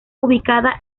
ubicada